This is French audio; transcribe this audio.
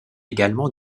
également